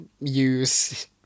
use